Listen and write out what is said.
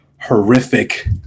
horrific